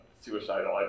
suicidal